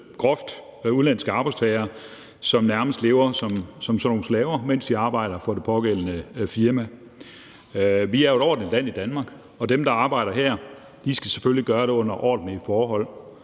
udnytte udenlandske arbejdstagere, som nærmest lever som sådan nogle slaver, mens de arbejder for det pågældende firma. Vi er jo et ordentligt land i Danmark, og dem, der arbejder her, skal selvfølgelig gøre det under ordentlige forhold.